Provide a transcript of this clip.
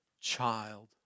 child